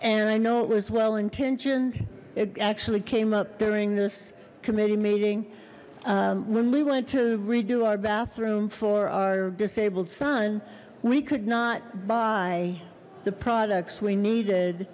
and i know it was well intentioned it actually came up during this committee meeting when we went to redo our bathroom for our disabled son we could not buy the products we needed